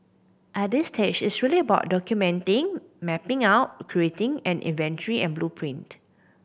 at this stage it's really about documenting mapping out creating an inventory and blueprint